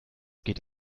geht